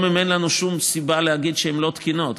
גם אם אין לנו שום סיבה להגיד שהן לא תקינות,